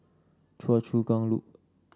Choa Chu Kang Loop